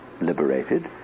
liberated